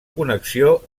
connexió